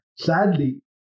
Sadly